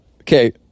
okay